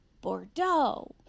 Bordeaux